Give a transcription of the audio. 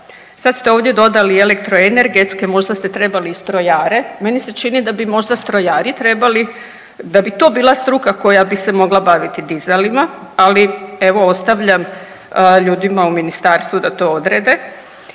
Sada ste ovdje dodali elektroenergetske. Možda ste trebali i strojare? Meni se čini da bi možda strojari trebali da bi to bila struka koja bi se mogla baviti dizalima, ali evo ostavljam ljudima u Ministarstvu da to odrede.